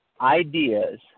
ideas